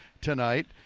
tonight